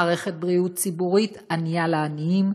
מערכת בריאות ציבורית ענייה לעניים,